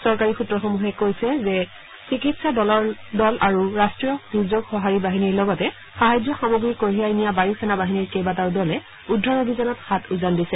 চৰকাৰী সূত্ৰসমূহে কৈছে যে চিকিৎসা দল আৰু ৰাষ্ট্ৰীয় দুৰ্যোগ সহাৰি বাহিনীৰ লগতে সাহায্য সামগ্ৰী কঢ়িয়াই নিয়া বায়ু সেনাবাহিনীৰ কেইবাটাও দলে উদ্ধাৰ অভিযানত হাত উজান দিছে